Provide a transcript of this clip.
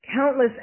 countless